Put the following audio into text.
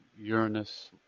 Uranus